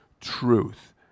truth